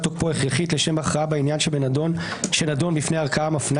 תוקפו הכרחית לשם הכרעה בעניין שנדון בפני הערכאה המפנה